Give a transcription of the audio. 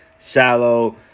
Shallow